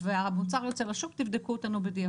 והמוצר יוצא לשוק, תבדקו אותנו בדיעבד.